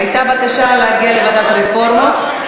הייתה בקשה להגיע לוועדת הרפורמות.